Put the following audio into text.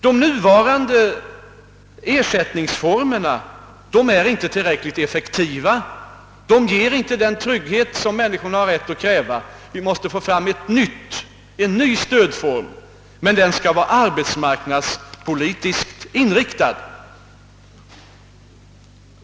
De nuvarande ersättningsformerna är inte tillräckligt effektiva och ger inte den trygghet människorna har rätt att kräva; vi måste få fram en ny stödform, som också måste vara arbetsmarknadspolitiskt inriktad.